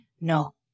no